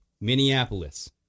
Minneapolis